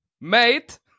Mate